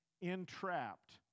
entrapped